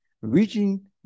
reaching